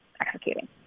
executing